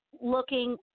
looking